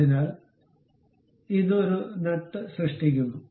അതിനാൽ ഇത് ഒരു നട്ട് സൃഷ്ടിക്കുന്നു